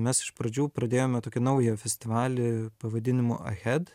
mes iš pradžių pradėjome tokį naują festivalį pavadinimu ahead